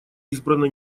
избрана